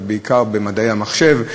בעיקר במדעי המחשב,